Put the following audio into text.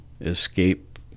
escape